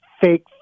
fake